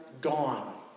Gone